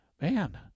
man